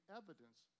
evidence